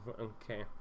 Okay